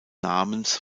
namens